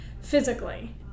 physically